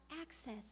access